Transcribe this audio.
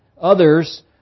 Others